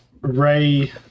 Ray